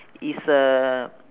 is uh